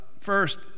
First